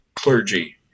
clergy